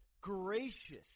gracious